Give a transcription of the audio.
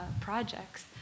projects